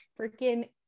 freaking